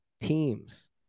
teams